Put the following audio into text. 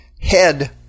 Head